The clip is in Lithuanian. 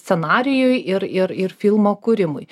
scenarijui ir ir ir filmo kūrimui